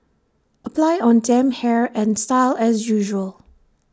apply on damp hair and style as usual